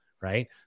Right